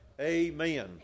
amen